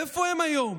איפה הם היום?